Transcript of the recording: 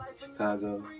Chicago